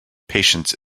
patience